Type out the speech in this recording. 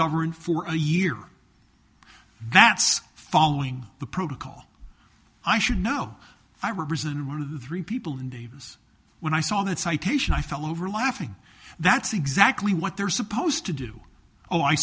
government for a year that's following the protocol i should know i represented one of the three people in davis when i saw that citation i fell over laughing that's exactly what they're supposed to do oh i